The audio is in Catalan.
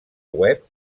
web